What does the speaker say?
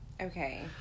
Okay